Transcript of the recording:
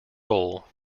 roll